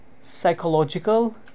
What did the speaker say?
psychological